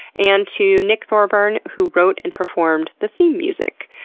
and to nick thorburn who wrote and performed the theme music.